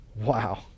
Wow